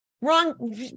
wrong